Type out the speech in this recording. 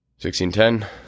1610